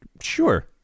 Sure